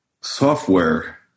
software